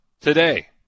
today